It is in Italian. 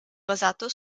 basato